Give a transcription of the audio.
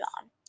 on